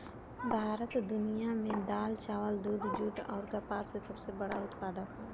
भारत दुनिया में दाल चावल दूध जूट आउर कपास के सबसे बड़ उत्पादक ह